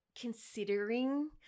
considering